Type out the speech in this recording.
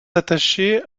attachées